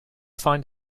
find